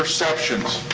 perceptions.